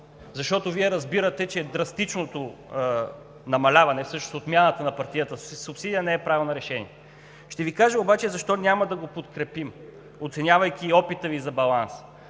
защото Вие разбирате, че драстичното намаляване, всъщност отмяната на партийната субсидия, не е правилно решение. Ще Ви кажа обаче защо няма да го подкрепим, оценявайки опита Ви за баланс.